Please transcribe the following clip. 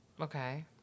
Okay